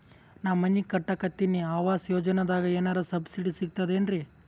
ನಾ ಮನಿ ಕಟಕತಿನಿ ಆವಾಸ್ ಯೋಜನದಾಗ ಏನರ ಸಬ್ಸಿಡಿ ಸಿಗ್ತದೇನ್ರಿ?